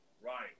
Right